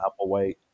Applewhite